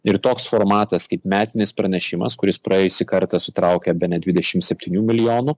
ir toks formatas kaip metinis pranešimas kuris praėjusį kartą sutraukė bene dvidešimt septynių milijonų